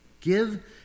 Give